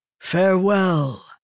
Farewell